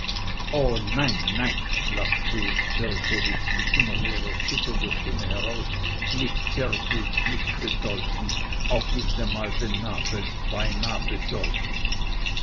o nein nein platzte jetzt wrschowitz mit immer mehr erzitternder stimme heraus nicht serr gutt nicht bedeutend auch nicht einmal beinah bedeutend